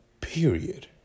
Period